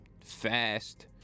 fast